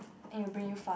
and you bring you far